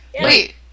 Wait